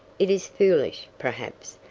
it is foolish, perhaps,